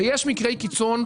ויש מקרי קיצון,